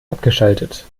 abgeschaltet